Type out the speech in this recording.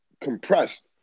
compressed